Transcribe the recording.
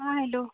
आ hello